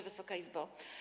Wysoka Izbo!